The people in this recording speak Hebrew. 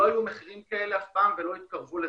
לא היו מחירים כאלה אף פעם ולא התקרבו לזה.